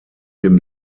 dem